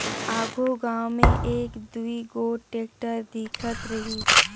आघु गाँव मे एक दुई गोट टेक्टर दिखत रहिस